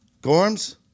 Gorms